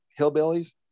hillbillies